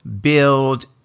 build